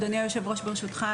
אדוני היושב-ראש ברשותך,